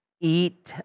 eat